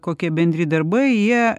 kokie bendri darbai jie